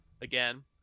again